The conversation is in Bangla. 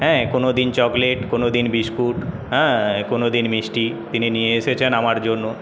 হ্যাঁ কোন দিন চকলেট কোন দিন বিস্কুট হ্যাঁ কোন দিন মিষ্টি তিনি নিয়ে এসেছেন আমার জন্য